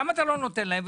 למה אתה לא נותן להם,